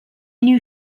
new